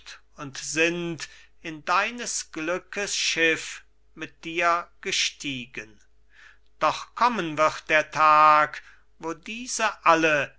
und sind in deines glückes schiff mit dir gestiegen doch kommen wird der tag wo diese alle